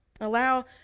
Allow